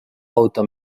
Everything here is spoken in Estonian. auto